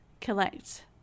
collect